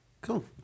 cool